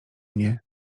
mnie